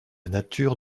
nature